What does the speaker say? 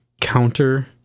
counter